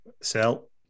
Sell